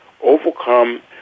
overcome